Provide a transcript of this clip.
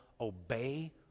obey